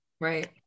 Right